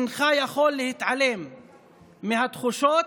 אינך יכול להתעלם מהתחושות,